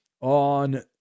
on